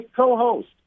co-host